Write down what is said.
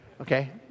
Okay